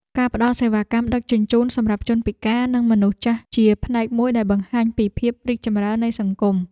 ការផ្តល់សេវាកម្មដឹកជញ្ជូនសម្រាប់ជនពិការ និងមនុស្សចាស់ជាផ្នែកមួយដែលបង្ហាញពីភាពរីកចម្រើននៃសង្គម។